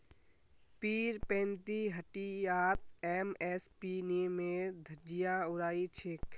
पीरपैंती हटियात एम.एस.पी नियमेर धज्जियां उड़ाई छेक